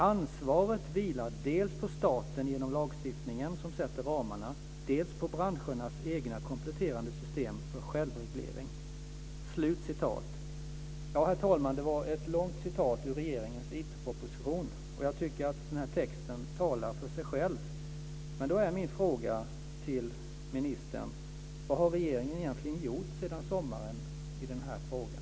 Ansvaret vilar dels på staten genom lagstiftningen som sätter ramarna, dels på branschernas egna kompletterande system för självreglering." Herr talman! Det var ett långt citat ur regeringens IT-proposition. Jag tycker att den här texten talar för sig själv. Men då är min fråga till ministern: Vad har regeringen egentligen gjort sedan sommaren i den här frågan?